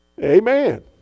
Amen